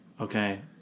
Okay